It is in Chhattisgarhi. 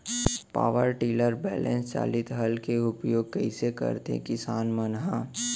पावर टिलर बैलेंस चालित हल के उपयोग कइसे करथें किसान मन ह?